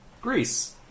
Greece